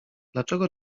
dlaczego